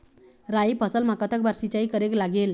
राई फसल मा कतक बार सिचाई करेक लागेल?